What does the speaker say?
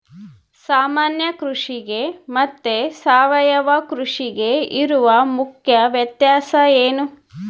ಸಾಮಾನ್ಯ ಕೃಷಿಗೆ ಮತ್ತೆ ಸಾವಯವ ಕೃಷಿಗೆ ಇರುವ ಮುಖ್ಯ ವ್ಯತ್ಯಾಸ ಏನು?